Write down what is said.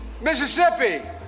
Mississippi